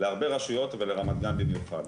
להרבה רשויות בכלל ולרמת גן בפרט.